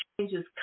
changes